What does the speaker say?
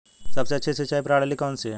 सबसे अच्छी सिंचाई प्रणाली कौन सी है?